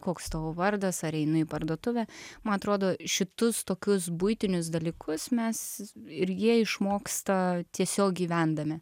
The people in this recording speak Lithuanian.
koks tavo vardas ar einu į parduotuvę man atrodo šitus tokius buitinius dalykus mes ir jie išmoksta tiesiog gyvendami